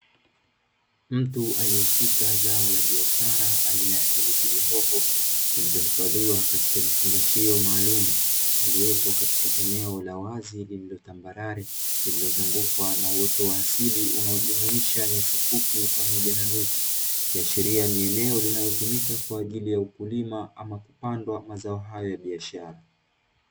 Mtu aliyeshika zao la biashara aina ya pilipili hoho zilizohifadhiwa katika vifungashio maalumu katika eneo la wazi lililo tambarare lililozungukwa na uoto wa asili unaojumuisha nyasi fupi, pamoja na miti, ikiashiria ni eneo linlotumika kwa ajili ya ukulima ama kupandwa mazao hayo ya biashara.